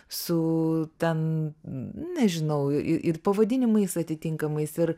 su ten nežinau i ir pavadinimais atitinkamais ir